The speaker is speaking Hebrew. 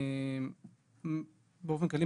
באופן כללי,